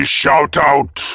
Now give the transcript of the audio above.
shout-out